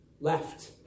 left